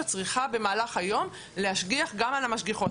צריכה במהלך היום להשגיח גם על המשגיחות.